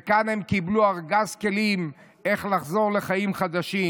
וכאן הם קיבלו ארגז כלים איך לחזור לחיים חדשים.